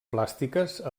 plàstiques